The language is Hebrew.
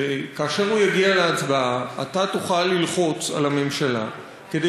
שכאשר הוא יגיע להצבעה אתה תוכל ללחוץ על הממשלה כדי